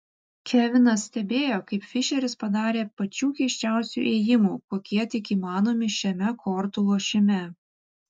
kevinas stebėjo kaip fišeris padarė pačių keisčiausių ėjimų kokie tik įmanomi šiame kortų lošime